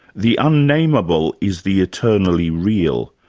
the un-nameable is the eternally real.